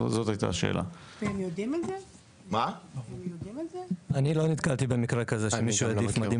אני לא נתקלתי במקרה כזה שמישהו העדיף "ממדים